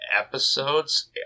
episodes